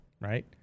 right